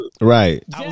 Right